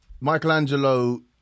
Michelangelo